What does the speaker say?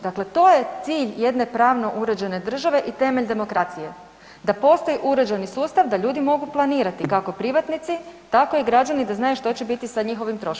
Dakle, to je cilj jedne pravno uređene države i temelj demokracije da postoji uređeni sustav da ljudi mogu planirati kako privatnici, tako i građani da znaju što će biti sa njihovim troškovima.